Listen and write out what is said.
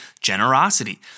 generosity